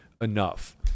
enough